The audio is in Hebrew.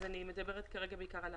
אני מדברת כרגע בעיקר על